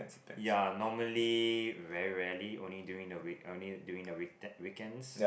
ya normally very rarely only during the week only during the weekends